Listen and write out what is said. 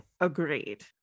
Agreed